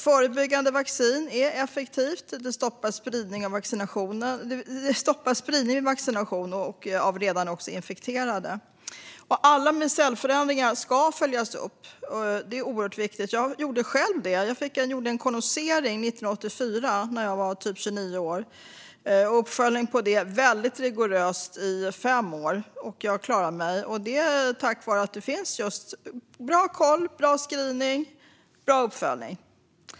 Förebyggande vaccin är också effektivt, och spridningen stoppas även vid vaccination av redan infekterade. Alla med cellförändringar ska följas upp. Det är oerhört viktigt. Jag gjorde själv en konisering 1984, när jag var typ 29 år, och gick sedan på väldigt rigorös uppföljning i fem år. Jag klarade mig, och det är tack vare just att man har bra koll - att det finns bra screening och bra uppföljning.